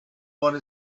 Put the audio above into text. want